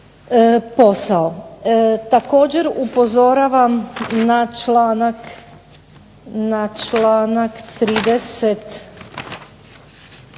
posao. Također, upozoravam na članak 32.,